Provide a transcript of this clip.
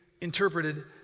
interpreted